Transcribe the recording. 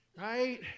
right